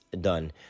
done